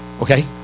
Okay